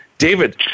David